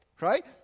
Right